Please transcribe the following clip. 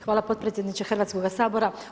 Hvala potpredsjedniče Hrvatskoga sabora.